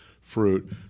fruit